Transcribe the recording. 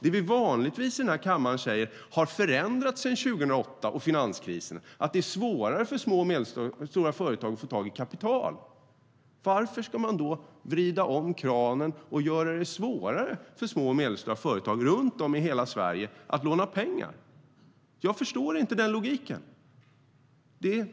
Sedan finanskrisen 2008 har det blivit svårare för små och medelstora företag att få tag i kapital. Varför ska man då vrida om kranen och göra det ännu svårare för dem att låna pengar? Jag förstår inte den logiken.